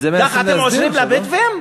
ככה אתם עוזרים לבדואים?